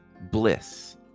Bliss